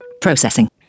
Processing